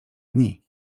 dni